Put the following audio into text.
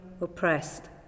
oppressed